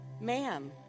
ma'am